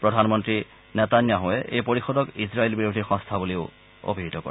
প্ৰধানমন্ত্ৰী নেতান্যাহুৱে এই পৰিষদক ইজৰাইল বিৰোধী সংস্থা বুলিও অভিহিত কৰে